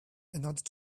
another